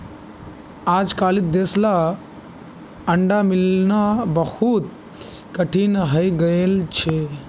अजकालित देसला अंडा मिलना बहुत कठिन हइ गेल छ